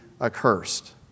accursed